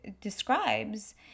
describes